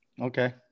Okay